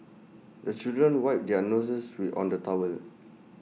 the children wipe their noses on the towel